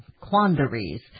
quandaries